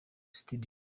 studio